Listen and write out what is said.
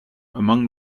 among